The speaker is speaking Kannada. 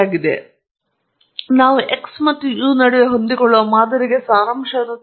ಆದ್ದರಿಂದ ನಾವು x ಮತ್ತು u ನಡುವೆ ಹೊಂದಿಕೊಳ್ಳುವ ಮಾದರಿಗೆ ಸಾರಾಂಶವನ್ನು ತರುತ್ತದೆ